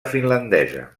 finlandesa